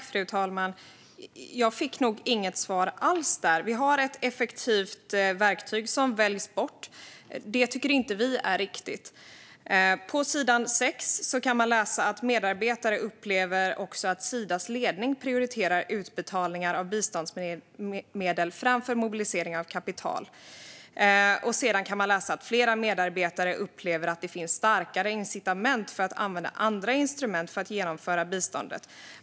Fru talman! Jag fick nog inget svar alls. Vi har ett effektivt verktyg som väljs bort, och det tycker inte vi är riktigt. På sidan 6 kan man läsa att medarbetare upplever att Sidas ledning prioriterar utbetalningar av biståndsmedel framför mobilisering av kapital. Sedan kan man läsa att flera medarbetare upplever att det finns starkare incitament att använda andra instrument för att genomföra biståndet.